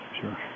sure